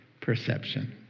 perception